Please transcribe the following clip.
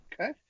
Okay